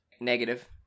Negative